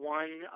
one